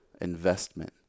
investment